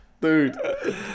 dude